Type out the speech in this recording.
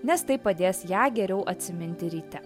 nes tai padės ją geriau atsiminti ryte